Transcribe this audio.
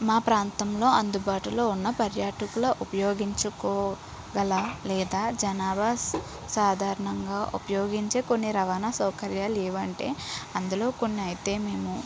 మా ప్రాంతంలో అందుబాటులో ఉన్న పర్యాటకుల ఉపయోగించుకో గల లేదా జనాబా సాదారణంగా ఉపయోగించే కొన్ని రవాణా సౌకర్యాలు ఏవంటే అందులో కొన్నైతే మేము